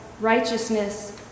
righteousness